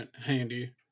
handy